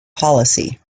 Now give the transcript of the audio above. policy